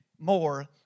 More